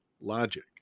logic